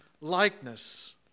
likeness